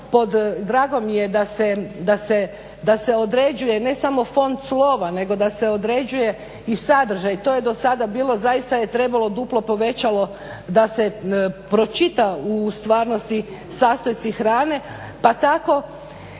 pod, drago mi je da se određuje ne samo fond slova, nego da se određuje i sadržaj, to je do sada bilo, zaista je trebalo duplo povećalo da se pročita u stvarnosti sastojci hrane. Pa tako